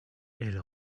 elle